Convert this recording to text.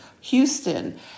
Houston